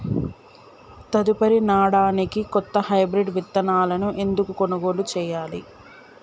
తదుపరి నాడనికి కొత్త హైబ్రిడ్ విత్తనాలను ఎందుకు కొనుగోలు చెయ్యాలి?